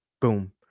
Boom